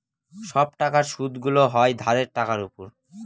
সব টাকার সুদগুলো হয় ধারের টাকার উপর